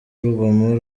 urugomo